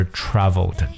traveled